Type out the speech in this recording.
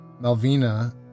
Melvina